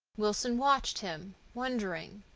wilson watched him, wondering.